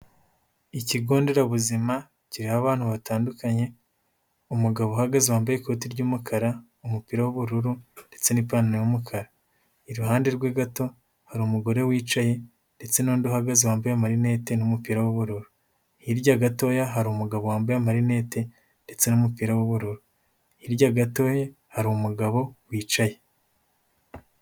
Ikigo nderabuzima kiriha abantu batandukanye, umugabo uhagaze wambaye ikoti ry'umukara umupira w'ubururu ndetse n'ipantaro y'umukara, iruhande rwe gato hari umugore wicaye ndetse n'undi uhaga wambaye amarinete n'umupira w'ubururu, hirya gatoya hari umugabo wambaye amarinete ndetse n'umupira w'ubururu, hirya gatoya hari umugabo wicaye.